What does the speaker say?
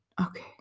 okay